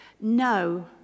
No